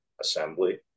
assembly